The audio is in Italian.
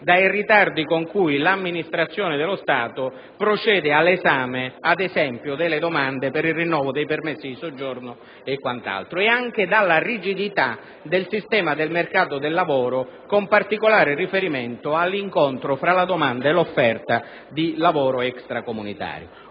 dai ritardi con cui l'amministrazione dello Stato procede all'esame delle domande per il rinnovo dei permessi di soggiorno, ma anche dalla rigidità del sistema del mercato del lavoro, con particolare riferimento all'incontro fra domanda ed offerta di lavoro extracomunitario.